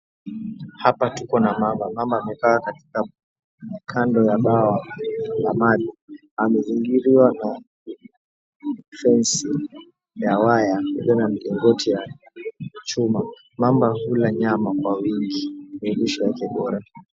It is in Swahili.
Hapa tuko na mamba, mamba amekaa katika kando ya bwawa la maji amezingirwa na fensi ya waya iliyo na milingoti ya chuma mamba hula nyama kwa wingi ni lisho yake bora.